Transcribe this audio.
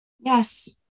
Yes